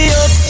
up